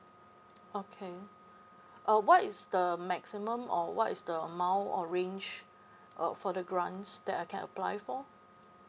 okay uh what is the maximum or what is the amount or range uh for the grants that I can apply for